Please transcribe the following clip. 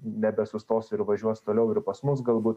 nebesustos ir važiuos toliau ir pas mus galbūt